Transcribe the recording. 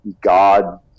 God